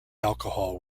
alcohol